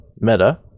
meta